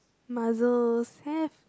mussels have